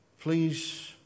please